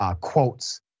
quotes